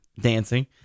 dancing